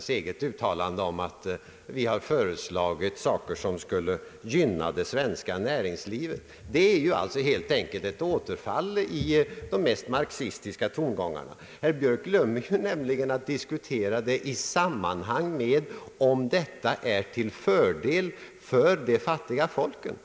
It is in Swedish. sitt eget uttalande att vi föreslagit saker som skulle gynna det svenska näringslivet. Det är helt enkelt ett återfall i de mest marxistiska tongångarna. Herr Björk glömmer nämligen att diskutera det i sammanhang med om det är till fördel för de fattiga folken.